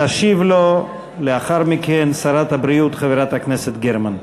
תשיב לו לאחר מכן שרת הבריאות חברת הכנסת גרמן.